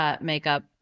makeup